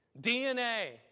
DNA